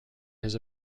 his